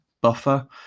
buffer